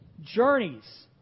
Journeys